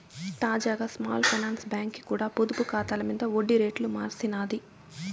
తాజాగా small finance బాంకీ కూడా పొదుపు కాతాల మింద ఒడ్డి రేట్లు మార్సినాది